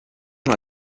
una